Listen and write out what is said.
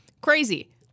Crazy